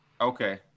Okay